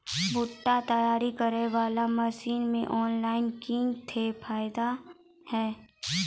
भुट्टा तैयारी करें बाला मसीन मे ऑनलाइन किंग थे फायदा हे?